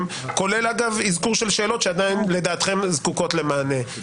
כולל אגב אזכור של שאלות שלדעתכם זקוקות למענה.